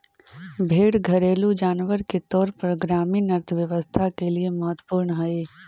भेंड़ घरेलू जानवर के तौर पर ग्रामीण अर्थव्यवस्था के लिए महत्त्वपूर्ण हई